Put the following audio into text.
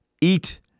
Eat